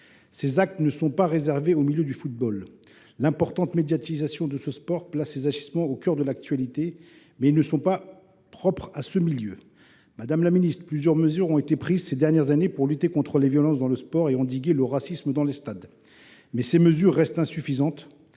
Ces actes ne sont pas réservés au milieu du football. L’importante médiatisation de ce sport place ces agissements au cœur de l’actualité, mais ils ne sont pas propres à ce milieu. Madame la ministre, plusieurs mesures ont été prises ces dernières années pour lutter contre les violences dans le sport et endiguer le racisme dans les stades, mais elles restent insuffisantes.